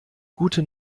gute